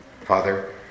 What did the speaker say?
Father